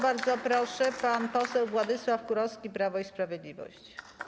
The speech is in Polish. Bardzo proszę, pan poseł Władysław Kurowski, Prawo i Sprawiedliwość.